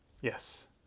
Yes